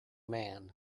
man